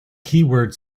keyword